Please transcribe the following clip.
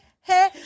Hey